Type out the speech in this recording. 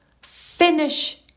finish